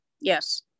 Yes